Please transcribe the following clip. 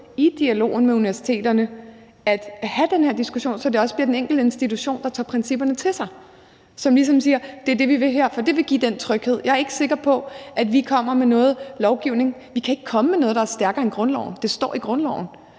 i dialogen med universiteterne, at have den her diskussion, sådan at det også bliver den enkelte institution, der tager principperne til sig, og som ligesom siger: Det er det, vi vil her. For det ville give den tryghed. Jeg er ikke sikker på, at vi kommer med noget lovgivning. Vi kan ikke komme med noget, der er stærkere end grundloven; det står i grundloven.